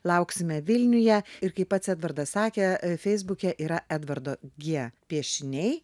lauksime vilniuje ir kaip pats edvardas sakė feisbuke yra edvardo gie piešiniai